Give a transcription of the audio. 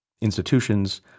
institutions